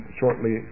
shortly